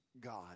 God